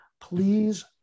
Please